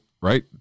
right